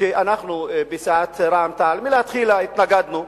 שאנחנו, בסיעת רע"ם-תע"ל, מלכתחילה התנגדנו,